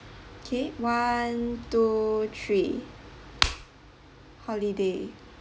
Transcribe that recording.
okay one two three holiday